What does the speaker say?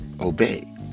Obey